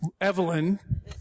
Evelyn